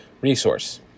resource